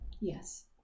Yes